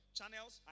channels